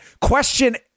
Question